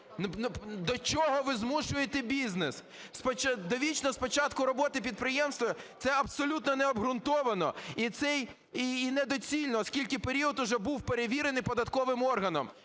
До чого ви змушуєте бізнес? Довічно з початку роботи підприємства – це абсолютно необґрунтовано і недоцільно, оскільки період уже був перевірений податковим органом.